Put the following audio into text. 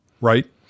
right